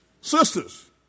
sisters